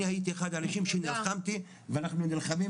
אני הייתי אחד האנשים שנלחמתי ואנחנו נלחמים